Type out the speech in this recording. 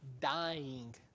dying